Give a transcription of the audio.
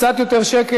קצת יותר שקט,